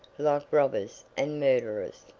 like robbers and murderers.